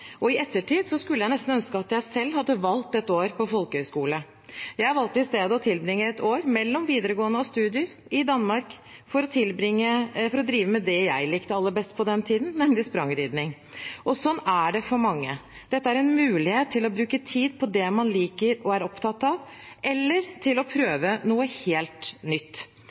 og i ettertid skulle jeg nesten ønske at jeg selv hadde valgt et år på folkehøyskole. Jeg valgte i stedet å tilbringe et år mellom videregående og studier i Danmark for å drive med det jeg likte aller best på den tiden, nemlig sprangridning. Og slik er det for mange. Dette er en mulighet til å bruke tid på det man liker og er opptatt av, eller å prøve noe helt nytt.